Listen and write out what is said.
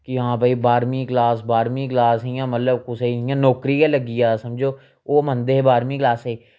कि हां भाई बाह्रमीं क्लास बाह्रमीं क्लास इ'यां मतलब कुसै गी इ'यां नौकरी गै लग्गी जा समझो ओह् मन्नदे हे बाह्रमीं क्लासै गी